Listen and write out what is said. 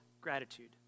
gratitude